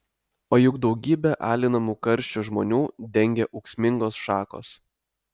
o juk daugybę alinamų karščio žmonių dengia ūksmingos šakos